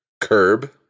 Curb